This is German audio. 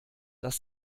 das